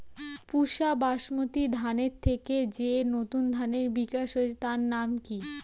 পুসা বাসমতি ধানের থেকে যে নতুন ধানের বিকাশ হয়েছে তার নাম কি?